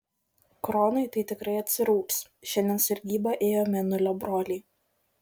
kronui tai tikrai atsirūgs šiandien sargybą ėjo mėnulio broliai